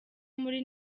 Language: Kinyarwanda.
muri